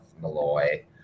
Malloy